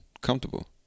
comfortable